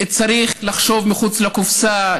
צריך לחשוב מחוץ לקופסה,